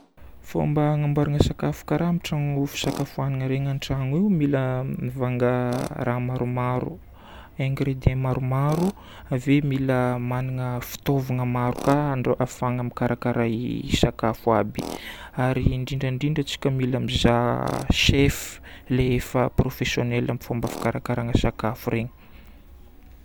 Fomba agnamboarana sakafo karaha amin'ny tragno fisakafoagnana regny an-tragno io, mila mivanga raha maromaro, ingrédients maromaro. Ave mila magnana fitaovagna maro ka andra- ahafahagna mikarakara sakafo aby. Ary indrindra indrindra tsika mila mizaha chef, ilay efa professionnel amin'ny fomba fikarakaragna sakafo regny.